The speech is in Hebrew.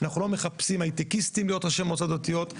אנחנו לא מחפשים הייטקיסטים להיות ראשי המועצות הדתיות,